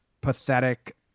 pathetic